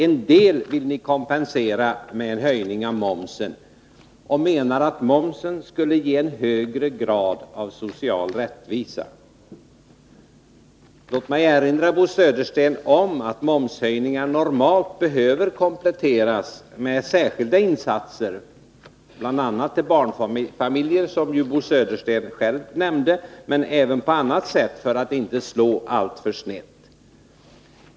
En del vill ni kompensera med en höjning av momsen, därför att det skulle ge en högre grad av social rättvisa. Låt mig erinra Bo Södersten om att momshöjningar normalt behöver kompletteras med särskilda insatser — bl.a. till barnfamiljerna, som Bo Södersten själv nämnde, men även på annat sätt — för att de inte skall slå alltför snett.